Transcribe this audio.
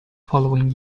following